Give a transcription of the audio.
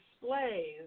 displays